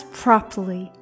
properly